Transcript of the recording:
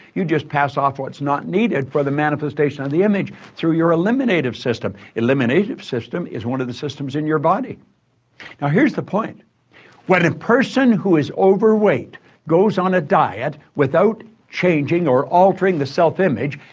you just pass off what's not needed for the manifestation of the image, through your eliminative system. eliminative system is one of the systems in your body. now here's the point when a person who is overweight goes on a diet without changing, or altering, the self image,